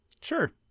Sure